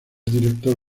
director